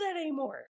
anymore